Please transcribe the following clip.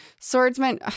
Swordsman